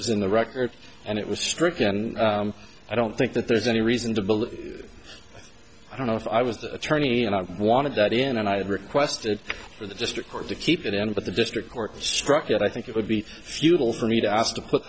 was in the record and it was stricken and i don't think that there's any reason to believe i don't know if i was the attorney and i wanted that in and i had requested for the district court to keep it in but the district court struck it i think it would be futile for me to ask to put